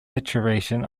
saturation